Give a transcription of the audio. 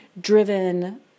driven